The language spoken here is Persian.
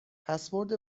پسورد